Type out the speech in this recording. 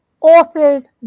authors